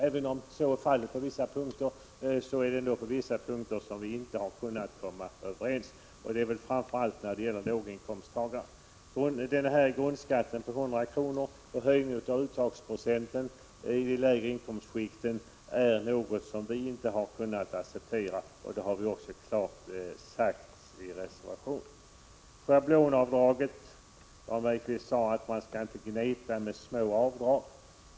Även om vi är ense på några punkter finns det också vissa där vi inte har kunnat komma överens. Det gäller framför allt låginkomsttagarna. Grundskatten på 100 kr. och höjningen av uttagsprocenten i de lägre inkomstskikten har vi inte kunnat acceptera. Det har vi också klart sagt i reservationen. När det gäller schablonavdraget sade Jan Bergqvist att man inte skall gneta med små avdrag.